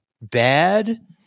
bad